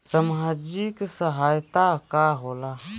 सामाजिक सहायता का होला?